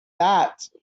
that